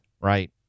right